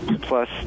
plus